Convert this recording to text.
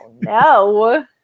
no